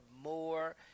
more